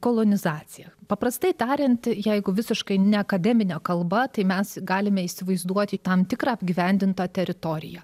kolonizacija paprastai tariant jeigu visiškai ne akademine kalba tai mes galime įsivaizduoti tam tikrą apgyvendintą teritoriją